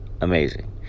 amazing